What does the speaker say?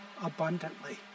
abundantly